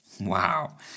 Wow